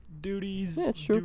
Duties